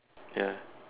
ya